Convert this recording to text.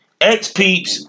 XPeeps